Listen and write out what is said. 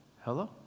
hello